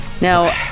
Now